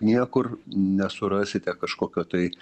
niekur nesurasite kažkokio tai